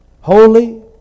holy